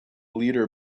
leader